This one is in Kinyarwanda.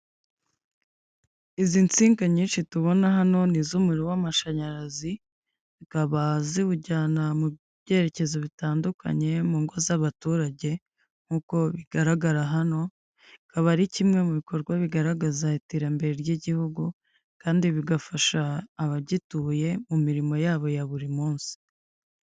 Izi nsinga nyinshi tubona hano ni iz'umuriro w'amashanyarazi, zikaba ziwujyana mu byerekezo bitandukanye mu ngo z'abaturage nk'uko bigaragara hano bikaba ari kimwe mu bikorwa bigaragaza iterambere ry'igihugu kandi bigafasha abagituye mu mirimo yabo ya buri munsi.